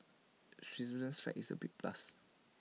Switzerland's flag is A big plus